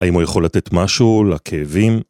‫האם הוא יכול לתת משהו לכאבים?